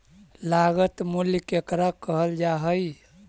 लागत मूल्य केकरा कहल जा हइ?